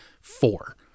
four